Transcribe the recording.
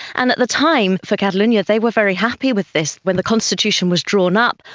and at the time for catalonia they were very happy with this. when the constitution was drawn up,